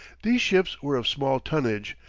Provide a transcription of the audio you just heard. these ships were of small tonnage,